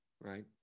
right